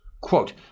Quote